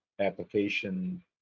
application